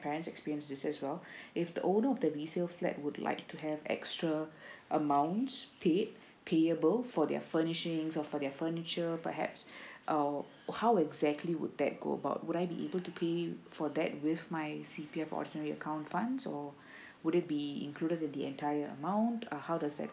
parent's experiences as well if the owner of the resale flat would like to have extra amount paid payable for their furnishings of for their furniture perhaps um how was actually would that go about would I be able to be for that with my C_P_F ordinary account funds or would it be included in the entire amount uh how does that